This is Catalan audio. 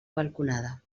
balconada